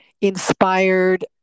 inspired